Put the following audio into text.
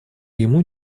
ему